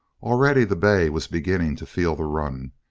already the bay was beginning to feel the run,